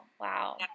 wow